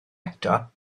eto